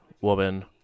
woman